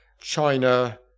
China